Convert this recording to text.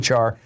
hr